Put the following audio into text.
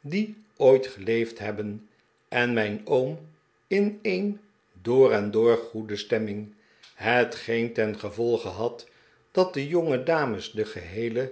die ooit geleefd hebben en mijn oom in een door en door goede stemming hetgeen ten gevolge had dat de jongedames den geheelen